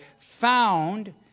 found